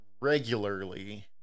regularly